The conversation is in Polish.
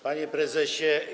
Panie Prezesie!